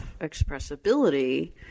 expressibility